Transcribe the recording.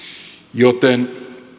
joten